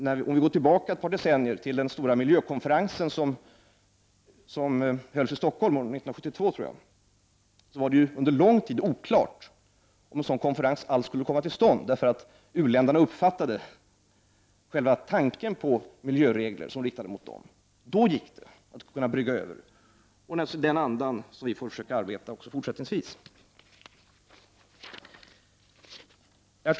Låt mig gå tillbaka ett par decennier till den stora miljökonferens som hölls i Stockholm, jag tror det var 1972. Under lång tid var det oklart om en sådan konferens alls skulle komma till stånd. U-länderna uppfattade själva tanken på miljöregler som riktade mot dem. Men då gick det att brygga över, och det är i den andan vi får försöka att arbeta också fortsättningsvis. Herr talman!